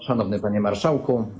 Szanowny Panie Marszałku!